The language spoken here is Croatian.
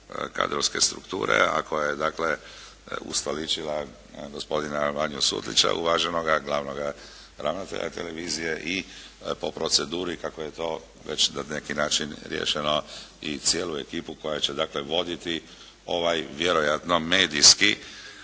kadrovske strukture a koja je dakle ustoličila gospodina Vanju Sutlića uvaženoga glavnoga ravnatelja televizije i po proceduri kako je to već na neki način riješeno i cijelu ekipu koja će dakle voditi vjerojatno medijski